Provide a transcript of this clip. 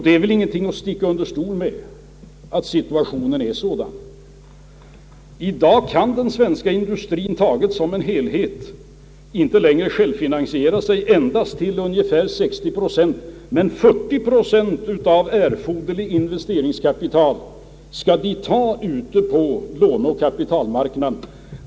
Det är väl ingenting att sticka under stol med att situationen är sådan jag nu nämnt. I dag kan den svenska industrien, tagen som en helhet, inte längre självfinansiera till mer än 60 procent. 40 procent av erforderligt investeringskapital måste tas ut på låneoch kapitalmarknaden.